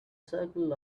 circle